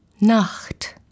Nacht